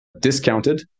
discounted